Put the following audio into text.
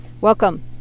Welcome